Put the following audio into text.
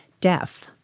deaf